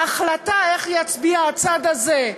ההחלטה איך יצביע הצד הזה,